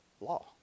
Law